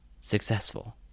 successful